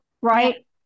right